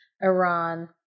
Iran